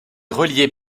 relié